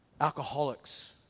alcoholics